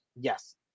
Yes